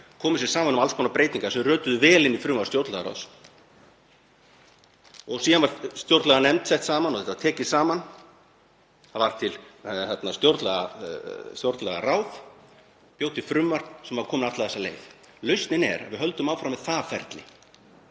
komu sér saman um alls konar breytingar sem rötuðu vel inn í frumvarp stjórnlagaráðs. Síðan var stjórnlaganefnd skipuð og þetta tekið saman, til varð stjórnlagaráð sem bjó til frumvarp sem var komið alla þessa leið. Lausnin er að við höldum áfram með það ferli